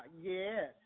Yes